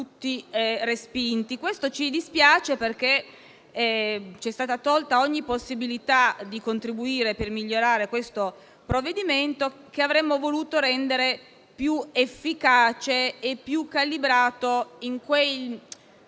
tutti respinti. Questo ci dispiace, perché ci è stata tolta ogni possibilità di contribuire per migliorare il provvedimento, che avremmo voluto rendere più efficace e più calibrato sotto quei